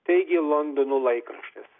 teigė londono laikraštis